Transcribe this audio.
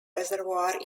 reservoir